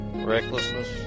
Recklessness